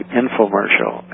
infomercial